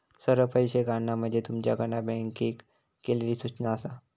सरळ पैशे काढणा म्हणजे तुमच्याकडना बँकेक केलली सूचना आसा